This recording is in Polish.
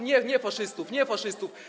Nie faszystów, nie faszystów.